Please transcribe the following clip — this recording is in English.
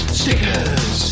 stickers